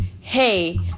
hey